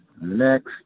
Next